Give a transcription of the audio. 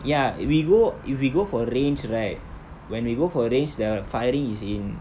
ya we go if we go for range right when we go for range the firing is in